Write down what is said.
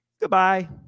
Goodbye